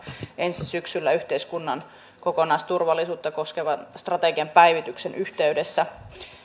ensi syksynä yhteiskunnan kokonaisturvallisuutta koskevan strategian päivityksen yhteydessä